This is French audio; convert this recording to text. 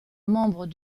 membres